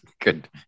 Good